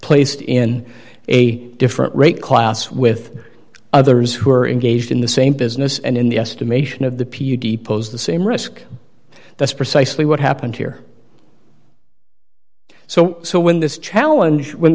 placed in a different rate class with others who are engaged in the same business and in the estimation of the p d pose the same risk that's precisely what happened here so when this challenge